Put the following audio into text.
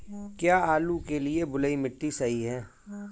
क्या आलू के लिए बलुई मिट्टी सही है?